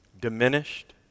diminished